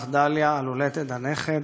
ואותך, דליה, על הולדת הנכד,